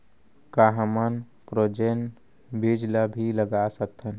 का हमन फ्रोजेन बीज ला भी लगा सकथन?